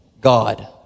God